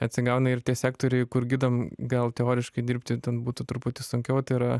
atsigauna ir tie sektoriai kur gidam gal teoriškai dirbti ten būtų truputį sunkiau tai yra